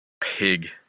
pig